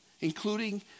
including